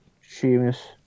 Sheamus